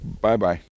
Bye-bye